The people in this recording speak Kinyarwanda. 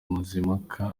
mazimpaka